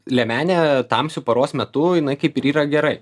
liemenė tamsiu paros metu jinai kaip ir yra gerai